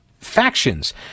factions